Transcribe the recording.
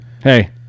hey